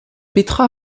petra